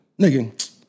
Nigga